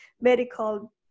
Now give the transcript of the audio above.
medical